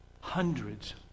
hundreds